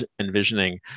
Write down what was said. envisioning